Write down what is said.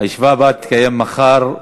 הישיבה הבאה תתקיים מחר,